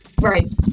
right